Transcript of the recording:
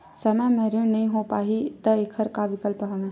समय म ऋण नइ हो पाहि त एखर का विकल्प हवय?